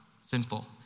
sinful